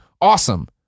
awesome